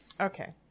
Okay